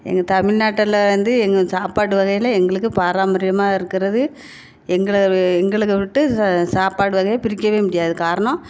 எங்கள் தமிழ்நாட்டில் வந்து எங்க சாப்பாட்டு வகையில் எங்களுக்கு பாரம்பரியமா இருக்கிறது எங்கள் எங்களுக்கு விட்டு சாப்பாடு வகையை பிரிக்கவே முடியாது காரணம்